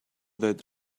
that